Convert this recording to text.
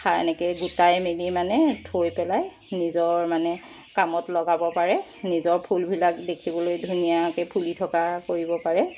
সাৰ এনেকৈ গোটাই মেলি মানে থৈ পেলাই নিজৰ মানে কামত লগাত পাৰে নিজৰ ফুলবিলাক দেখিবলৈ ধুনীয়াকৈ ফুলি থকা কৰিব পাৰে